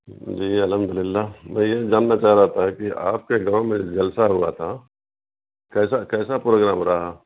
جی الحمد للہ میں یہ جاننا چاہ رہا تھا کہ آپ کے گاؤں میں جلسہ ہوا تھا کیسا کیسا پروگرام رہا